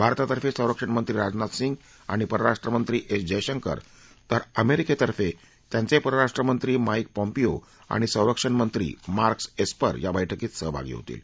भारतातर्फे संरक्षण मंत्री राजनाथ सिंग आणि परराष्ट्रमंत्री एस जयशंकर तर अमेरिकेतर्फे त्यांचे परराष्ट्रमंत्री माईक पॉम्पियो आणि संरक्षण मंत्री मार्क्स एस्पर या बैठकीत सहभागी होतील